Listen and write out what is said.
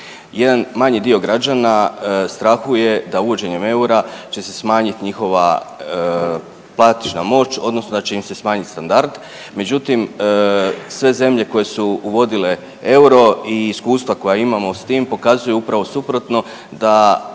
Jedan manji dio građana strahuje da uvođenjem eura će se smanjit njihova platežna moć odnosno da će im se smanjit standard. Međutim sve zemlje koje su uvodile euro i iskustva koja imamo s tim pokazuju upravo suprotno da